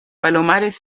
palomares